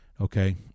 Okay